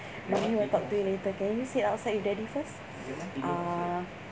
mummy will talk to you later can you sit outside with daddy first uh